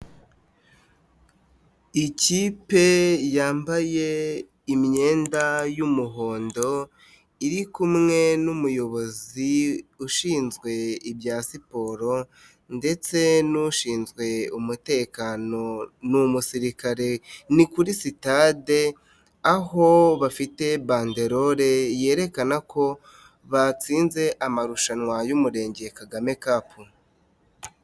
Ikipe yambaye imyenda y'umuhondo, iri kumwe n'umuyobozi ushinzwe ibya siporo ndetse n'ushinzwe umutekano, n'umusirikare ni kuri sitade aho bafite banderore, yerekana ko batsinze amarushanwa y'Umurenge Kagame kapu.